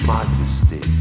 Majesty